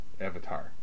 avatar